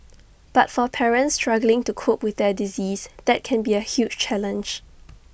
but for parents struggling to cope with their disease that can be A huge challenge